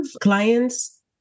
clients